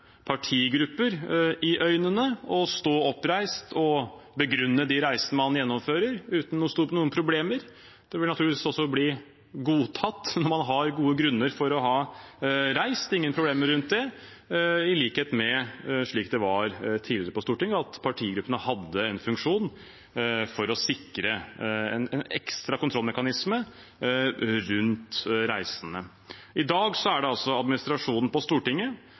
i øynene og stå oppreist og begrunne de reisene man gjennomfører, uten noen problemer. Det vil naturligvis også bli godtatt når man har gode grunner for å ha reist, det er ingen problemer rundt det, i likhet med slik det var tidligere på Stortinget, at partigruppene hadde en funksjon for å sikre en ekstra kontrollmekanisme rundt reisene. I dag er det altså administrasjonen på Stortinget